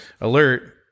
alert